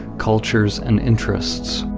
cultures and interests.